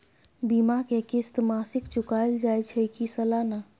बीमा के किस्त मासिक चुकायल जाए छै की सालाना?